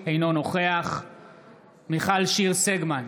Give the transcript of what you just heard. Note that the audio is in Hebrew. אינו נוכח מיכל שיר סגמן,